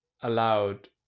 allowed